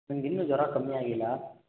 ನನ್ಗ ಇನ್ನು ಜ್ವರ ಕಮ್ಮಿ ಆಗಿಲ್ಲ